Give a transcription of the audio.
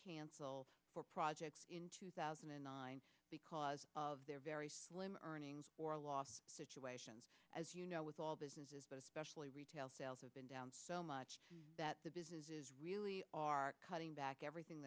cancel for projects in two thousand and nine because of their very slim earnings or loss situation as you know with all businesses but especially retail sales have been down so much that the business really are cutting back everything